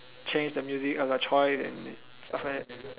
change the music as your choice and stuff like